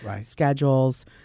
schedules